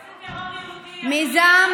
איזה טרור יהודי, אדוני היושב-ראש?